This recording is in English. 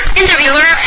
interviewer